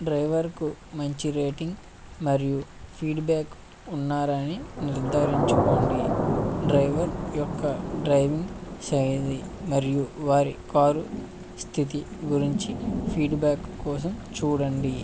డ్రైవర్కు మంచి రేటింగ్ మరియు ఫీడ్బ్యాక్ ఉన్నారని నిర్ధారించుకోండి డ్రైవర్ యొక్క డ్రైవింగ్ సరైనది మరియు వారి కారు స్థితి గురించి ఫీడ్ బ్యాక్ కోసం చూడండి